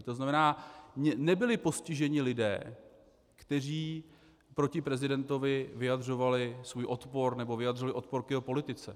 To znamená, nebyli postiženi lidé, kteří proti prezidentovi vyjadřovali svůj odpor nebo vyjadřovali odpor k jeho politice.